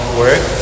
work